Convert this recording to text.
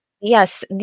Yes